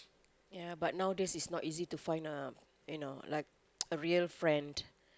ya but nowadays is not easy to find ah you know like a real friend